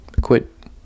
quit